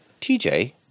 TJ